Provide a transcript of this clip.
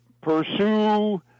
pursue